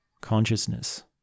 consciousness